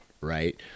Right